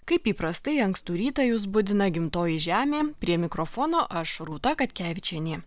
kaip įprastai ankstų rytą jus budina gimtoji žemė prie mikrofono aš rūta katkevičienė